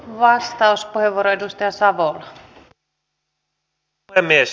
arvoisa rouva puhemies